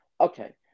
Okay